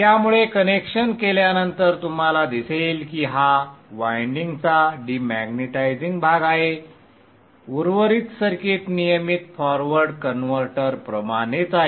त्यामुळे कनेक्शन केल्यानंतर तुम्हाला दिसेल की हा वायंडिंग चा डिमॅग्नेटिझिंग भाग आहे उर्वरित सर्किट नियमित फॉरवर्ड कन्व्हर्टर प्रमाणेच आहे